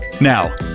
Now